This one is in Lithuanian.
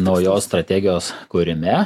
naujos strategijos kūrime